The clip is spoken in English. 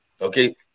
okay